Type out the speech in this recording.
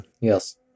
Yes